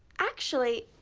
actually,